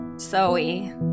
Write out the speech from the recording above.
Zoe